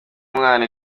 umwana